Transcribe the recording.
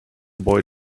boy